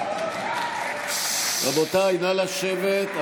רבותיי, נא לשבת.